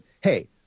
hey